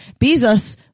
Bezos